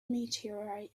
meteorite